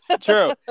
True